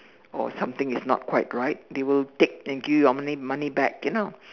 or something is not quite right they will take and give you your money back you know